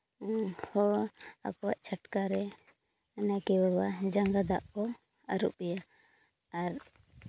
ᱦᱚᱲ ᱟᱠᱚᱣᱟᱜ ᱪᱷᱟᱴᱠᱟ ᱨᱮ ᱱᱟᱭᱠᱮ ᱵᱟᱵᱟ ᱡᱟᱸᱜᱟ ᱫᱟᱜ ᱠᱚ ᱟᱹᱨᱩᱵᱮᱭᱟ ᱟᱨ